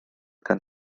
gan